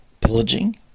pillaging